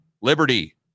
liberty